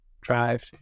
drive